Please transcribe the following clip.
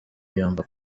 yumva